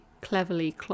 cleverly